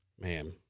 Man